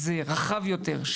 אז זה יהיה רחב יותר,